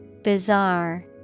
Bizarre